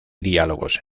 diálogos